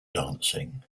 dancing